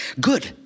Good